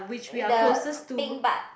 with the thing but